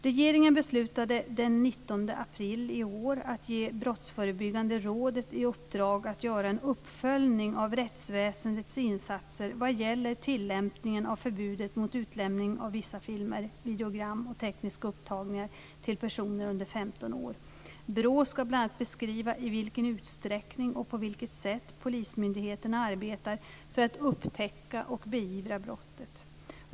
Regeringen beslutade den 19 april i år att ge Brottsförebyggande rådet, BRÅ, i uppdrag att göra en uppföljning av rättsväsendets insatser vad gäller tilllämpningen av förbudet mot utlämning av vissa filmer, videogram och tekniska upptagningar till personer under 15 år. BRÅ ska bl.a. beskriva i vilken utsträckning och på vilket sätt polismyndigheterna arbetar för att upptäcka och beivra brottet.